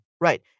Right